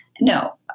No